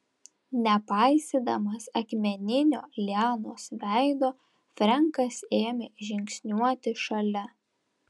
nepaisydamas akmeninio lianos veido frenkas ėmė žingsniuoti šalia